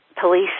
police